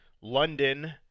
London